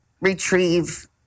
retrieve